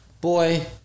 boy